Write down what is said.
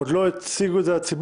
עוד לא הציגו את זה לציבור.